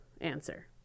answer